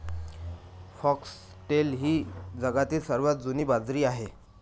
foxtail ही जगातील सर्वात जुनी बाजरी आहे